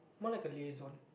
more like a liaison